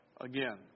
again